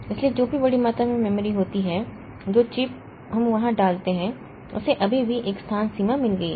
इसलिए जो भी बड़ी मात्रा में मेमोरी होती है जो चिप हम वहां डालते हैं उसे अभी भी एक स्थान सीमा मिल गई है